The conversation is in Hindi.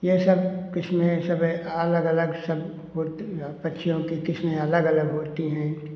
ये सब किस्में ये सब अलग अलग सब होती यह पक्षियों की किस्में अलग अलग होती हैं